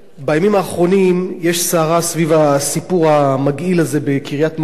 בימים האחרונים יש סערה סביב הסיפור המגעיל הזה בקריית-מלאכי,